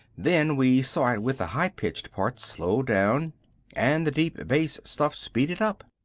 then we saw it with the high-pitched parts slowed down and the deep-bass stuff speeded up.